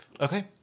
okay